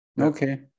Okay